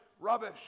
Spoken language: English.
rubbish